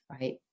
right